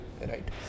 right